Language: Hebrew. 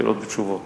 שאלות ותשובות,